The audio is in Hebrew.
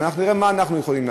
אנחנו נראה מה אנחנו יכולים לעשות.